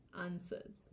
answers